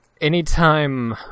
anytime